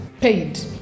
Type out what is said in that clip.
paid